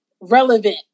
relevant